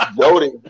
Jody